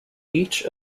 each